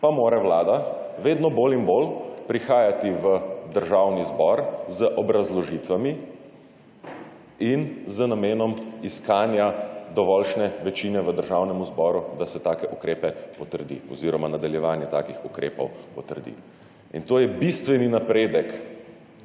pa mora vlada vedno bolj in bolj prihajati v Državni zbor z obrazložitvami in z namenom iskanja dovoljšne večine v Državnem zboru, da se take ukrepe potrdi oziroma nadaljevanje takih ukrepov potrdi. In to je bistveni napredek